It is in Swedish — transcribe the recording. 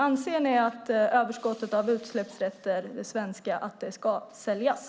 Anser ni att överskottet av svenska utsläppsrätter ska säljas?